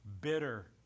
Bitter